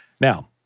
Now